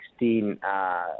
2016